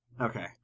Okay